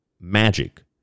magic